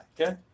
okay